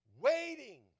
Waiting